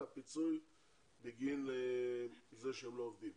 אלא פיצוי בגין זה שהם לא עובדים.